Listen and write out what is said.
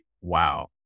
wow